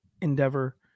endeavor